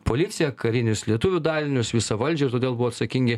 policiją karinius lietuvių dalinius visą valdžią ir todėl buvo atsakingi